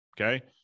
Okay